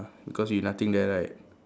cause he nothing there right